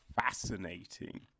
fascinating